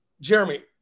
Jeremy